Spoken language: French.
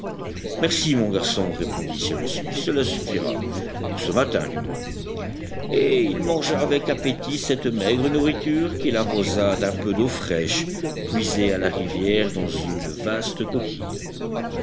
merci mon garçon répondit cyrus smith cela suffira pour ce matin du moins et il mangea avec appétit cette maigre nourriture qu'il arrosa d'un peu d'eau fraîche puisée à la rivière dans une vaste coquille